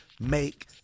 make